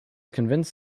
convinced